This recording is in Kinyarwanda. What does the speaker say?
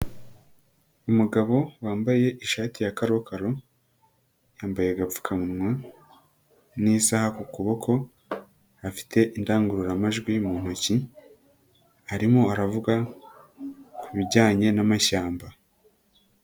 Umugabo wambaye ishati ya karokaro, yambaye agapfukamunwa n'isaha ku kuboko, afite indangururamajwi mu ntoki, arimo aravuga ku bijyanye n'amashyamba.